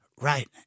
Right